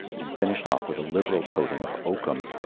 and finished off with a liberal coating of oakum.